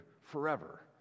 forever